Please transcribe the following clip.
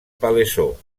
palaiseau